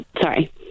Sorry